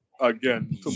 again